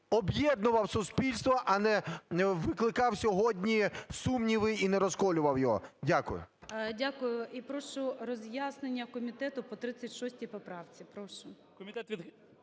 об'єднував суспільство, а не викликав сьогодні сумніви і не розколював його. Дякую. ГОЛОВУЮЧИЙ. Дякую. І прошу роз'яснення комітету по 36 поправці. Прошу.